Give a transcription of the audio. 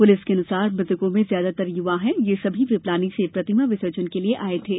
police के अनुसार मृतकों में ज्यादातर युवा है यह सभी पिपलानी से प्रतिमा विसर्जन के लिए आये थे